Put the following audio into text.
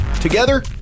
Together